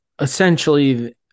essentially